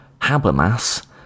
Habermas